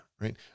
right